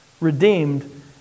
redeemed